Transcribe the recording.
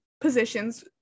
positions